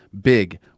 Big